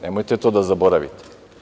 Nemojte to da zaboravite.